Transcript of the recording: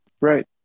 Right